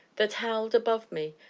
that howled above me,